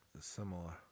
similar